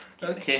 okay